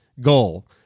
goal